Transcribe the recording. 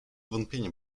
wątpienia